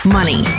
Money